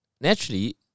Naturally